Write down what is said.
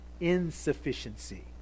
insufficiency